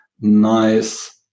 nice